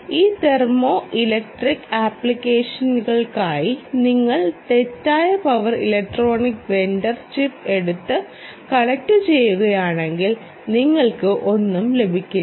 ഒരു thermo electric ആപ്ലിക്കേഷനായി നിങ്ങൾ തെറ്റായ പവർ ഇലക്ട്രോണിക് വെണ്ടർ ചിപ്പ് എടുത്ത് കണക്റ്റുചെയ്യുകയാണെങ്കിൽ നിങ്ങൾക്ക് ഒന്നും ലഭിക്കില്ല